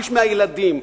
שליש מהילדים,